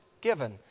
given